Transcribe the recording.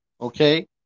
Okay